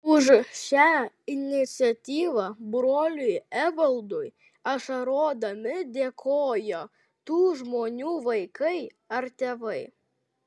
už šią iniciatyvą broliui evaldui ašarodami dėkojo tų žmonių vaikai ar tėvai